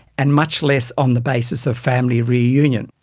and much less on the basis of family reunion.